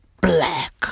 black